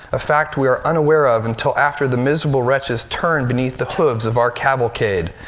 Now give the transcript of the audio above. a fact we were unaware of, until after the miserable wretches turned beneath the hooves of our cavalcade.